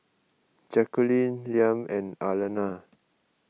Jacqulyn Liam and Arlena